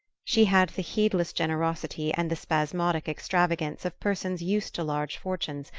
she had the heedless generosity and the spasmodic extravagance of persons used to large fortunes,